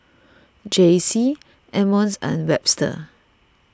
Jaycie Emmons and Webster